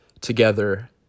together